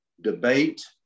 debate